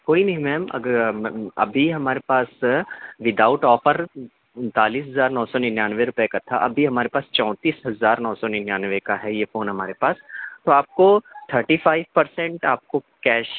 کوئی نہیں میم اگر ابھی ہمارے پاس وتھ آؤٹ آفر اُنتالیس ہزار نو سو ننانوے روپے کا تھا اب بھی ہمارے پاس چونتیس ہزار نو سو ننانوے کا ہے یہ فون ہمارے پاس تو آپ کو تھرٹی فائیو پرسینٹ آپ کو کیش